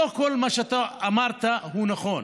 לא כל מה שאתה אמרת הוא נכון.